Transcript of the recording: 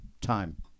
time